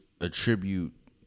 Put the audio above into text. attribute